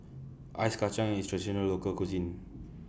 Ice Kachang IS Traditional Local Cuisine